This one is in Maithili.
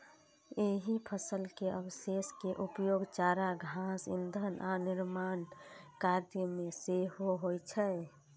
एहि फसल के अवशेष के उपयोग चारा, घास, ईंधन आ निर्माण कार्य मे सेहो होइ छै